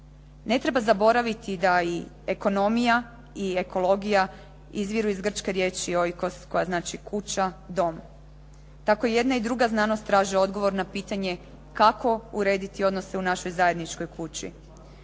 Ne treba zaboraviti da i ekonomija i ekologija izviru iz grčke riječi "oikos" koja znači kuća, dom. Tako i jedna i druga znanost traže odgovor na pitanje kako urediti odnose u našoj zajedničkoj kući.